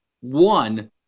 one